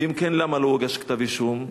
ואם כן, למה לא הוגש כתב אישום?